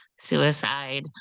suicide